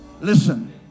Listen